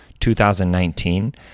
2019